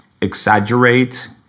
exaggerate